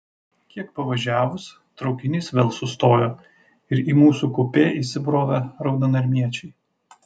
kiek pavažiavus traukinys vėl sustojo ir į mūsų kupė įsibrovė raudonarmiečiai